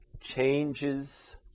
changes